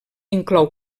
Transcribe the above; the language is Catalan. inclou